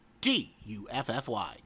D-U-F-F-Y